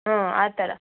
ಹ್ಞೂ ಆ ಥರ